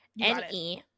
N-E